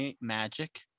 magic